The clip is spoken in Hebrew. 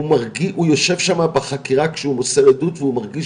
הוא יושב שמה בחקירה כשהוא מוסר עדות והוא מרגיש